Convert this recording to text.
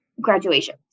graduation